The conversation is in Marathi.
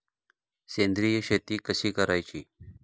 सेंद्रिय शेती कशी करायची?